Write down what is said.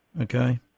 okay